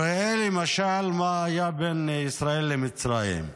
ראה, למשל, מה היה בין ישראל למצרים.